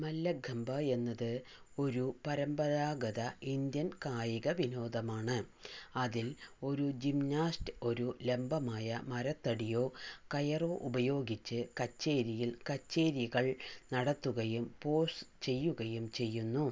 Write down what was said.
മല്ലഖമ്പ എന്നത് ഒരു പരമ്പരാഗത ഇന്ത്യൻ കായിക വിനോദമാണ് അതിൽ ഒരു ജിംനാസ്റ്റ് ഒരു ലംബമായ മരത്തടിയോ കയറോ ഉപയോഗിച്ച് കച്ചേരിയിൽ കച്ചേരികൾ നടത്തുകയും പോസ് ചെയ്യുകയും ചെയ്യുന്നു